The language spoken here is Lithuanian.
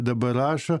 dabar rašo